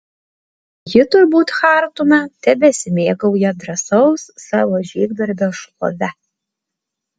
ji turbūt chartume tebesimėgauja drąsaus savo žygdarbio šlove